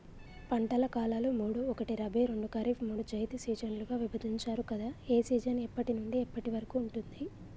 పంటల కాలాలు మూడు ఒకటి రబీ రెండు ఖరీఫ్ మూడు జైద్ సీజన్లుగా విభజించారు కదా ఏ సీజన్ ఎప్పటి నుండి ఎప్పటి వరకు ఉంటుంది?